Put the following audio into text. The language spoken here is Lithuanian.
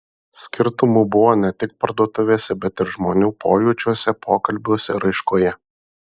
skirtumų buvo ne tik parduotuvėse bet ir žmonių pojūčiuose pokalbiuose raiškoje